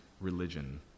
religion